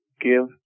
give